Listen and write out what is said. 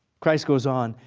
christ goes on,